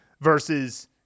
versus